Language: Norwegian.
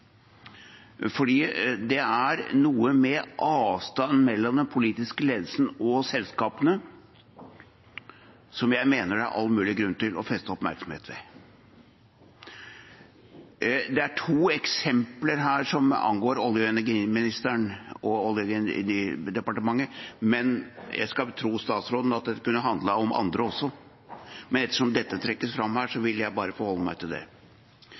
det viset, for det er noe med avstanden mellom den politiske ledelsen og selskapene som jeg mener det er all mulig grunn til å feste oppmerksomhet ved. Det er to eksempler her som angår olje- og energiministeren og Olje- og energidepartementet. Jeg skal betro statsråden at det kunne handlet om andre også, men ettersom dette trekkes fram her, vil jeg bare forholde meg til det.